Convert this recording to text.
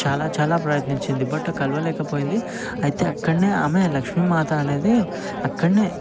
చాలా చాలా ప్రయత్నించింది బట్ కలవలేకపోయింది అయితే అక్కడనే ఆమె లక్ష్మీమాత అనేది అక్కడనే